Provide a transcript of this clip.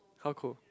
how cold